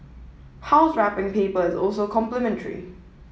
house wrapping paper is also complimentary